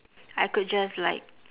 I could just like